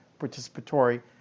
participatory